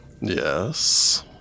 Yes